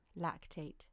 lactate